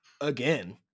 again